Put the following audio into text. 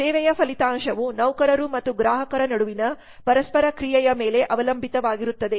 ಸೇವೆಯ ಫಲಿತಾಂಶವು ನೌಕರರು ಮತ್ತು ಗ್ರಾಹಕರ ನಡುವಿನ ಪರಸ್ಪರ ಕ್ರಿಯೆಯ ಮೇಲೆ ಅವಲಂಬಿತವಾಗಿರುತ್ತದೆ